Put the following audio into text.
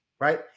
right